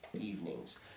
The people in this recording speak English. evenings